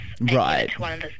Right